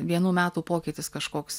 vienų metų pokytis kažkoks